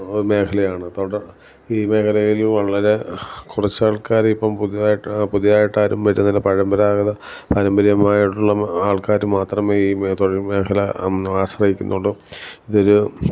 മേഖലയാണ് ഈ മേഖലയിൽ വളരെ കുറച്ച് ആൾക്കാർ ഇപ്പം പുതുതായിട്ട് പുതിയയിട്ട് ആരും വരുന്നില്ല പരമ്പരാഗത പാരമ്പര്യമായിട്ടുള്ള ആൾക്കാർ മാത്രമേ ഈ തൊഴിൽമേഖല ആശ്രയിക്കുന്നുള്ളൂ ഇതൊരു